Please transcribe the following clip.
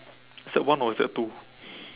is that one or is that two